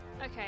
okay